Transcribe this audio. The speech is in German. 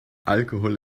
alkohol